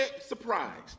surprised